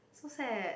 so sad